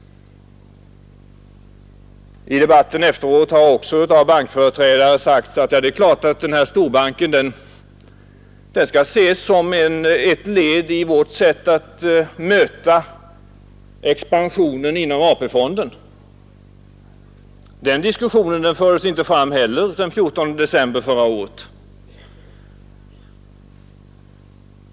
I debatten efteråt har också företrädare från bankerna sagt, att det är klart att storbanken skall betraktas som ett sätt att möta expansionen inom AP-fonden. Denna diskussion fördes inte heller fram den 14 december förra året.